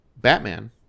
batman